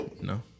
no